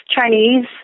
Chinese